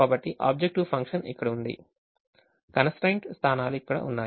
కాబట్టి objective function ఇక్కడ ఉంది constraint స్థానాలు ఇక్కడ ఉన్నాయి